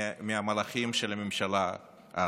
מהמהלכים של הממשלה דאז.